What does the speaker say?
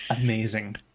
Amazing